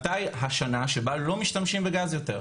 מתי השנה שבה לא משתמשים בגז יותר,